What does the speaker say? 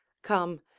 come,